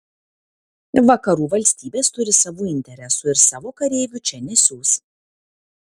vakarų valstybės turi savų interesų ir savo kareivių čia nesiųs